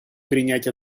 принять